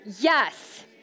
yes